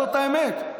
זאת האמת.